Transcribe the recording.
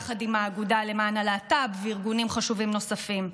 יחד עם האגודה למען הלהט"ב וארגונים חשובים נוספים.